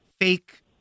fake